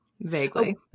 vaguely